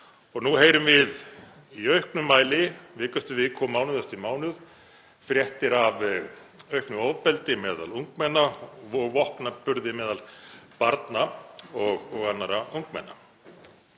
Nú heyrum við í auknum mæli, viku eftir viku og mánuð eftir mánuð, fréttir af auknu ofbeldi meðal ungmenna og vopnaburði meðal barna og annarra ungmenna.